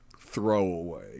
throwaway